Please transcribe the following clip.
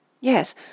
Yes